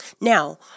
Now